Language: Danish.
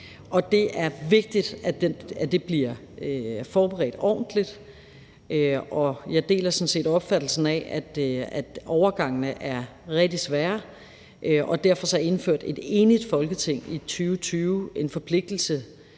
Det er vigtigt, at det bliver forberedt ordentligt, og jeg deler sådan set opfattelsen af, at overgangene er rigtig svære. Derfor indførte et enigt Folketing i 2020 en forpligtelse